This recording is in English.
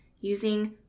using